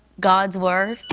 god's word.